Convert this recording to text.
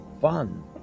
fun